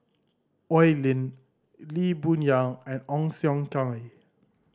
Oi Lin Lee Boon Yang and Ong Siong Kai